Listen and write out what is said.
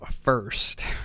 first